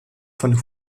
von